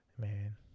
man